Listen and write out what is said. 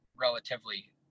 relatively